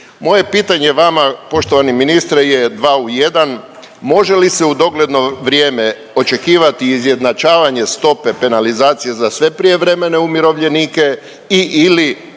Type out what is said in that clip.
Moje pitanje vama poštovani ministre je 2 u 1, može li se u dogledno vrijeme očekivati izjednačavanje stope penalizacije za sve prijevremene umirovljenike i/ili